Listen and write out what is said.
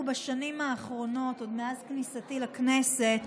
אנחנו בשנים האחרונות, עוד מאז כניסתי לכנסת,